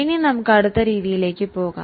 ഇപ്പോൾ നമുക്ക് അടുത്ത രീതിയിലേക്ക് പോകാം